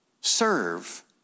serve